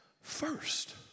first